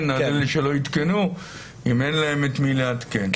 על זה שלא עדכנו אם אין להם את מי לעדכן.